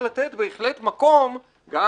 יש פרטים קטנים שבהם הנה,